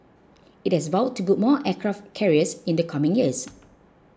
it has vowed to build more aircraft carriers in the coming years